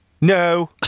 No